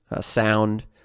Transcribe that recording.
sound